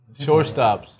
shortstops